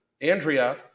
Andrea